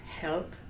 help